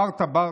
חארטה בארטה.